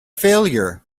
failure